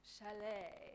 Chalet